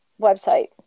website